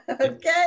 Okay